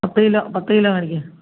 പത്ത് കിലോ പത്ത് കിലോ മേടിക്ക്